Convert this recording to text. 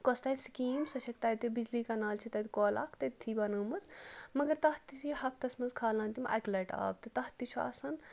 کۄس تام سِکیٖم سۄ چھَکھ تَتہِ بِجلی کَنال چھِ تَتہِ کۄل اکھ تٔتھۍ بَنٲومٕژ مگر تَتھ تہِ چھِ ہَفتَس منٛز کھالان تِم اَکہِ لَٹہِ آب تہٕ تَتھ تہِ چھُ آسان